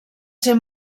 ser